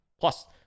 plus